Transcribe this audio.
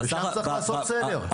ושם צריך לעשות סדר.